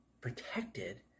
protected